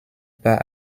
pas